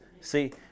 see